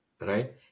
Right